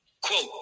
quote